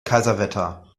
kaiserwetter